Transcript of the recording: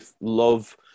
love